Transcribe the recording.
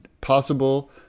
possible